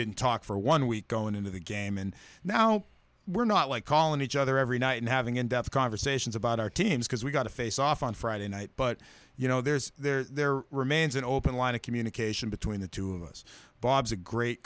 didn't talk for one week going into the game and now we're not like calling each other every night and having in depth conversations about our teams because we got a face off on friday night but you know there's there remains an open line of communication between the two of us bob's a great